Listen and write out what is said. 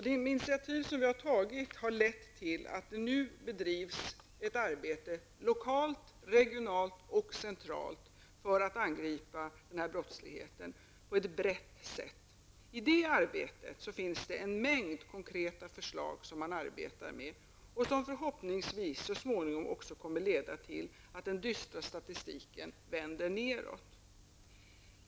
De initiativ som vi har tagit har lett till att det nu bedrivs ett arbete lokalt, regionalt och centralt för att på ett brett sätt angripa den här brottsligheten. I det arbetet finns en mängd konkreta förslag som förhoppningsvis så småningom också kommer att leda till att den dystra statistiken vänder nedåt.